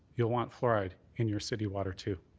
you'll want fluoride in your city water too.